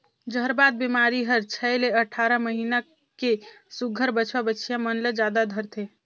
जहरबाद बेमारी हर छै ले अठारह महीना के सुग्घर बछवा बछिया मन ल जादा धरथे